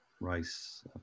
rice